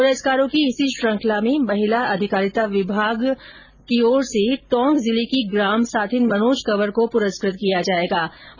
पुरस्कारों की इसी श्रृंखला में महिला अधिकारिता विभाग टॉक जिले की ग्राम साथिन मनोज कंवर को पुरस्कृत करने जा रहा है